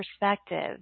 perspective